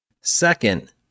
Second